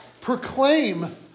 proclaim